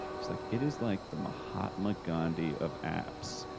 he's like, it is like the mahatma gandhi of apps.